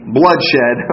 bloodshed